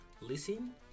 listen